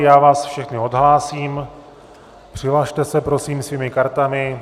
Já vás všechny odhlásím, přihlaste se prosím svými kartami.